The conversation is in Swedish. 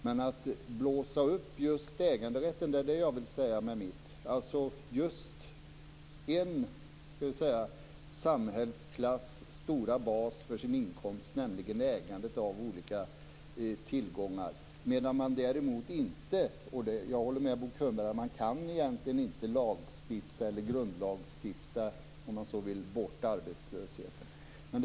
Vad jag vill säga är detta: Man blåser upp just äganderätten, alltså just en samhällsklass stora bas för sin inkomst, nämligen ägandet av olika tillgångar. Däremot kan man inte - och jag håller med Bo Könberg om att man egentligen inte kan - lagstifta, eller grundlagsstifta om man så vill, bort arbetslösheten.